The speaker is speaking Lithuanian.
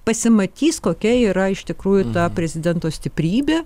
pasimatys kokia yra iš tikrųjų ta prezidento stiprybė